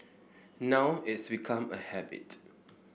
now it's become a habit